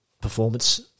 performance